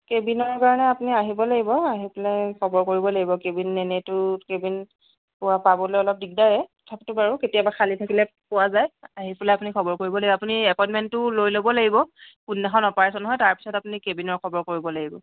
কেবিনৰ কাৰণে আপুনি আহিব লাগিব আহি পেলাই খবৰ কৰিব লাগিব কেবিন এনেইতো কেবিন পোৱা পাবলৈ অলপ দিগদাৰেই তথাপিতো বাৰু কেতিয়াবা খালী থাকিলে পোৱা যায় আহি পেলাই আপুনি খবৰ কৰিব লাগিব আপুনি এপইণ্টমেণ্টটো লৈ ল'ব লাগিব কোনদিনাখন অপাৰেশ্যন হয় তাৰপাছত আপুনি কেবিনৰ খবৰ কৰিব লাগিব